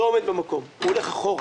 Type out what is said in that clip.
לא עומד במקום, הוא הולך אחורה.